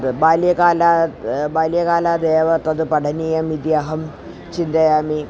बाल्यकालाद् बाल्यकालादेव तद् पठनीयम् इति अहं चिन्तयामि